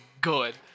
good